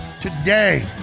today